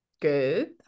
Good